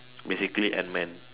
basically Ant Man